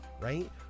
right